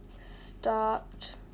stopped